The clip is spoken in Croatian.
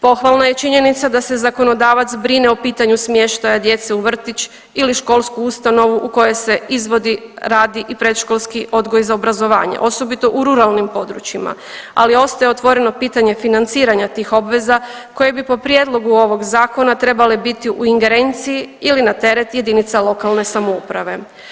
Pohvalna je činjenica da se zakonodavac brine o pitanju smještaja djece u vrtić ili školsku ustanovu u kojoj se izvodi radi i predškolski odgoj za obrazovanje, osobito u ruralnim područjima, ali ostaje otvoreno pitanje financiranja tih obveza koje bi po prijedlogu ovog zakona trebale biti u ingerenciji ili na teret jedinica lokalne samouprave.